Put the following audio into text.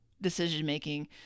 decision-making –